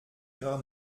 ihrer